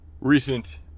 recent